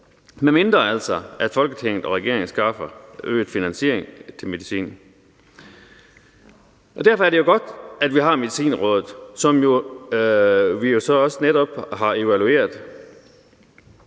medmindre altså Folketinget og regeringen skaffer øget finansiering til medicin. Derfor er det jo godt, at vi har Medicinrådet, som vi jo så netop også har evalueret.